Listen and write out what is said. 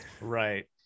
right